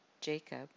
Jacob